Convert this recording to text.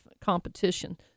competition